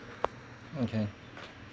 okay